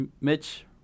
Mitch